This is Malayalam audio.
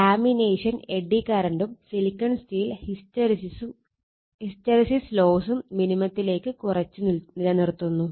ലാമിനേഷൻ എഡ്ഡി കറന്റും സിലിക്കൺ സ്റ്റീൽ ഹിസ്റ്റെറിസിസ് ലോസും മിനിമത്തിലേക്ക് കുറച്ച് നിലനിർത്തുന്നു